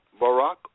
Barack